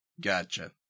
Gotcha